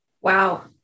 Wow